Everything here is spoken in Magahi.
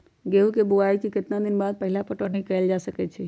गेंहू के बोआई के केतना दिन बाद पहिला पटौनी कैल जा सकैछि?